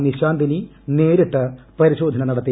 നിശാന്തിനി നേരിട്ട് പരിശോധന നടത്തി